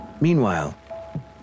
Meanwhile